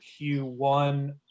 Q1